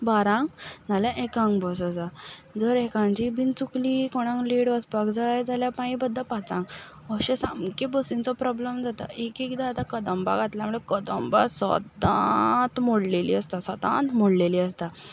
बारांक ना जाल्यार एकांक बस आसा जर एकांची बीन चुकली कोणांक लेट वचपाक जाय जाल्यार मागीर बद्द पाचांक अशें सामकें बसींचो प्रोब्लम जाता एक एकदां आतां कदंबा घातल्या म्हणल्यार कदंबा सदांच मोडलेली आसता सदांच मोडलेली आसता